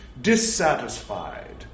dissatisfied